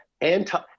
anti